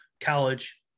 college